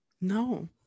no